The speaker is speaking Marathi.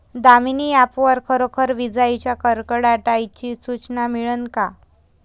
दामीनी ॲप वर खरोखर विजाइच्या कडकडाटाची सूचना मिळन का?